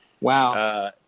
Wow